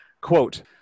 Quote